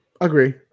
Agree